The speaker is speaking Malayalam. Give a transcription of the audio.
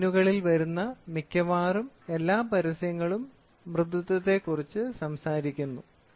സ്ക്രീനുകളിൽ വരുന്ന നിങ്ങളുടെ മിക്കവാറും എല്ലാ പരസ്യങ്ങളും മൃദുത്വത്തെക്കുറിച്ച് സംസാരിക്കുന്നു